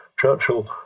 churchill